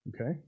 Okay